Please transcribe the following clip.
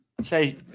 say